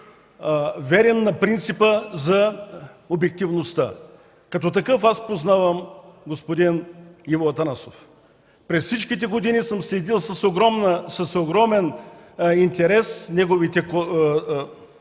верен на принципа за обективността. Като такъв познавам господин Иво Атанасов. През всичките години съм следил с огромен интерес неговите статии,